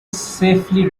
safely